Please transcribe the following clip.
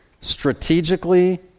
strategically